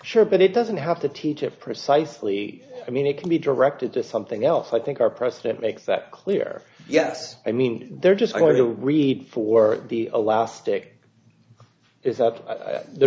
sure but it doesn't have to teach it precisely i mean it can be directed to something else i think our president makes that clear yes i mean they're just going to read for the elastic it's up the